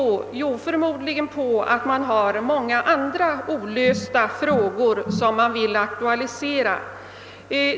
Jo, det beror förmodligen på att man har många andra olösta frågor som man vill aktualisera.